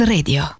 Radio